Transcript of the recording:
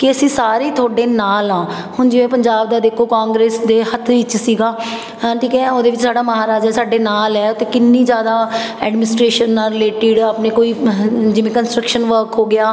ਕਿ ਅਸੀਂ ਸਾਰੇ ਹੀ ਤੁਹਾਡੇ ਨਾਲ ਹਾਂ ਹੁਣ ਜਿਵੇਂ ਪੰਜਾਬ ਦਾ ਦੇਖੋ ਕਾਂਗਰਸ ਦੇ ਹੱਥ ਵਿੱਚ ਸੀਗਾ ਹਾਂ ਠੀਕ ਹੈ ਉਹਦੇ ਵਿੱਚ ਸਾਡਾ ਮਹਾਰਾਜਾ ਸਾਡੇ ਨਾਲ ਹੈ ਉੱਥੇ ਕਿੰਨੀ ਜ਼ਿਆਦਾ ਐਡਮਨੀਸਟ੍ਰੇਸ਼ਨ ਨਾਲ ਰਿਲੇਟਿਡ ਆਪਣੇ ਕੋਈ ਜਿਵੇਂ ਕੰਨਸਟਰਕਸ਼ਨ ਵਰਕ ਹੋ ਗਿਆ